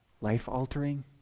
life-altering